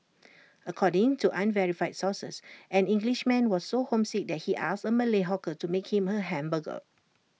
according to unverified sources an Englishman was so homesick that he asked A Malay hawker to make him A hamburger